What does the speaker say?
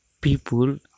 People